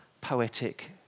poetic